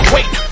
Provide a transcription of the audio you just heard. Wait